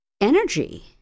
energy